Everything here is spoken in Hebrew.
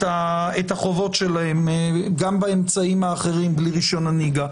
החובות שלהם גם באמצעים האחרים בלי רישיון הנהיגה.